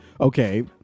okay